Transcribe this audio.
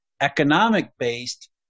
economic-based